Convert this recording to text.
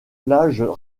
plages